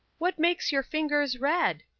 what makes your fingers red?